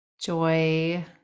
joy